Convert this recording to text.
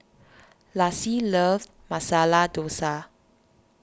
Lassie loves Masala Dosa